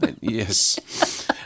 yes